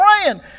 praying